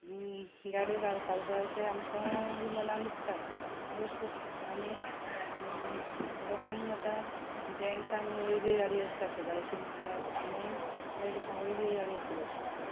गाडयो घालपाक जाय अशें आमकां मनाक दिसता लोक खूब आनी लोकांक आतां जन्टसांक वेगळे गाडी आसूं जाय अशें दिसता आनी लेडिसां वेगळी गाडी आसूं जाय अशें दिसता